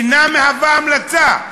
אינה המלצה.